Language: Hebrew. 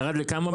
ירד לכמה?